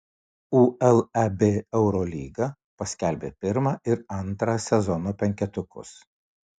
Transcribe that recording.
uleb eurolyga paskelbė pirmą ir antrą sezono penketukus